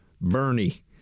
Bernie